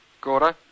Gordo